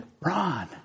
Ron